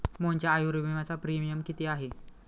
मोहनच्या आयुर्विम्याचा प्रीमियम किती आहे?